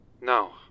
No